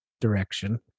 direction